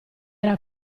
era